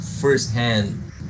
firsthand